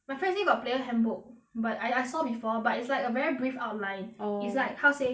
my friend say got player handbook but I I saw before but it's like a very brief outline oh is like how say